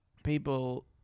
People